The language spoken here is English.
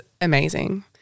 amazing